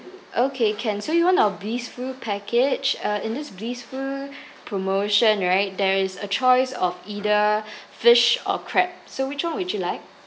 okay can so you want the blissful package uh in this blissful promotion right there is a choice of either fish or crab so which one would you like